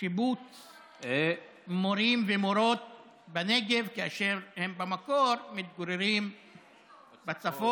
שיבוץ מורים ומורות בנגב כאשר הם במקור מתגוררים בצפון,